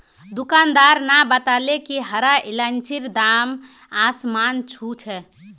दुकानदार न बताले कि हरा इलायचीर दाम आसमान छू छ